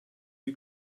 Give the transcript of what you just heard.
die